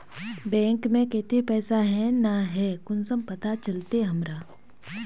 Bank में केते पैसा है ना है कुंसम पता चलते हमरा?